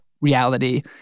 reality